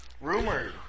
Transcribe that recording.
rumored